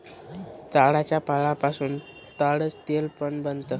ताडाच्या फळापासून ताडाच तेल पण बनत